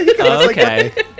okay